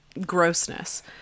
grossness